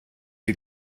you